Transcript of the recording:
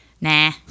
Nah